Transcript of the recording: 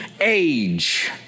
age